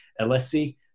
Alessi